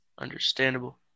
Understandable